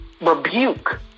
rebuke